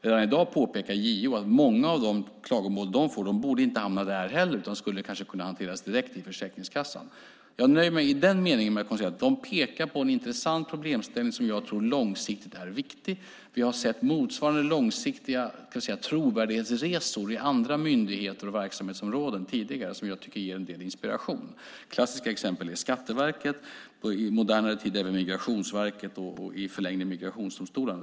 Redan i dag påpekar JO att många av de klagomål de får inte borde hamna där utan borde hanteras direkt på Försäkringskassan. Jag nöjer mig i den meningen med att konstatera att JO pekar på en intressant problemställning som jag tror långsiktigt är viktig. Jag har sett motsvarande långsiktiga trovärdighetsresor i andra myndigheter och verksamhetsområden tidigare som ger en del inspiration. Klassiska exempel är Skatteverket och i modernare tid Migrationsverket och i förlängningen även migrationsdomstolarna.